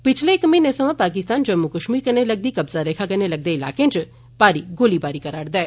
पिच्छले इक म्हीने सवा पाकिस्तान जम्मू कश्मीर कन्नै लगदी कब्जा रेखा कन्नै लगदे इलाकें च भारी गोलीबारी करा रदा ऐ